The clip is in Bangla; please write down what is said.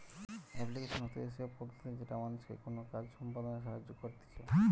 এপ্লিকেশন হতিছে সে পদ্ধতি যেটা মানুষকে কোনো কাজ সম্পদনায় সাহায্য করতিছে